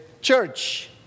church